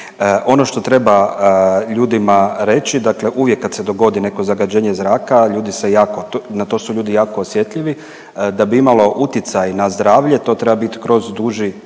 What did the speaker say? Ono što treba ljudima reći, dakle uvijek kad se dogodi neko zagađenje zraka ljudi se jako, na to su ljudi jako osjetljivi. Da bi imalo uticaj na zdravlje to treba bit kroz duži